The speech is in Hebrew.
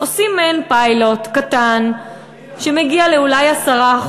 עושים מעין פיילוט קטן שמגיע אולי ל-10%,